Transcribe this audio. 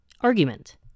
Argument